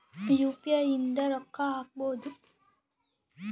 UPI ಇಂದ ರೊಕ್ಕ ಹಕ್ಬೋದು